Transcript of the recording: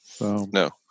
No